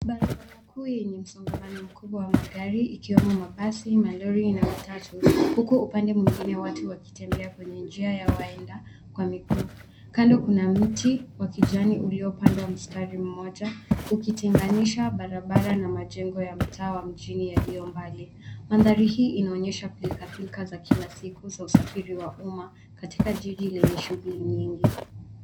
Barabara kuu yenye msongamano mkubwa wa magari, ikiwemo mabasi, malori na matatu. Huku upande mwengine watu wakitembea kwenye njia ya waenda kwa miguu, Kando kuna mti wa kijani, uliopandwa msatari mmoja, ukitenganisha barabara na majengo ya mtaa wa mjini yaliyo mbali. Mandhari hii inaonyesha pilka pilka za kkila siku, za usafiri wa umma, katika jiji lenye shughuli nyingi.